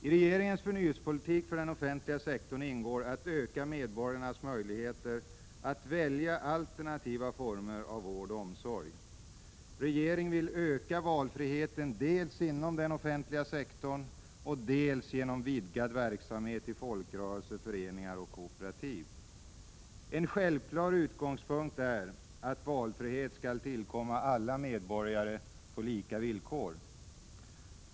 I regeringens förnyelsepolitik för den offentliga sektorn ingår att öka medborgarnas möjligheter att välja alternativa former av vård och omsorg. Regeringen vill öka valfriheten dels inom den offentliga sektorn, dels inom folkrörelser, föreningar och kooperativ genom en vidgad verksamhet. En självklar utgångspunkt är att valfrihet skall tillkomma alla medborgare på lika villkor.